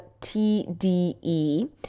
TDE